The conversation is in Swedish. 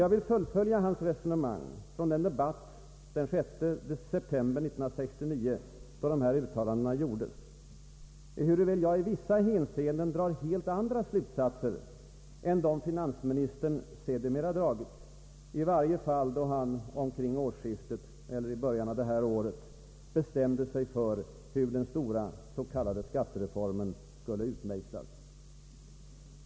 Jag vill fullfölja hans resonemang från den debatt den 6 september 1969 då dessa uttalanden gjordes, ehuruväl jag i vissa hänseenden drar helt andra slutsatser än dem finansministern sedermera dragit, i varje fall då han i början av detta år bestämde sig för hur den stora s.k. skattereformen skulle utmejslas.